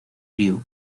ryū